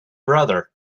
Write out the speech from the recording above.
brother